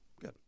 good